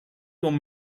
con